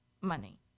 money